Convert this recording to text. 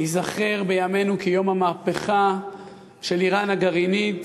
הוא ייזכר בימינו כיום המהפכה של איראן הגרעינית,